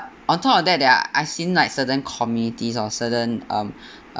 on top of that there are I've seen like certain committees or certain um